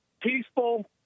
peaceful